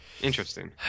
interesting